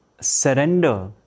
Surrender